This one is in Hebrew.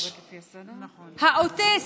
האוטיסט,